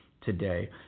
today